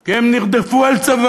כי הם נרדפו על צווארם.